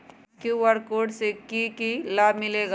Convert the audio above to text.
QR code से कि कि लाव मिलेला?